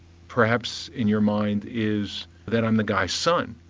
perhaps in your mind, is that i'm the guy's son.